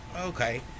okay